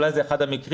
ואולי זה אחד המקרים.